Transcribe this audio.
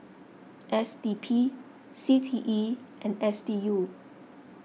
S D P C T E and S D U